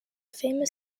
famous